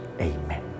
Amen